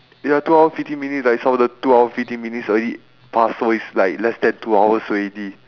ya two hour fifty minutes like some of the two hour fifty minutes already past so it's like less than two hours already